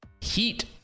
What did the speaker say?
heat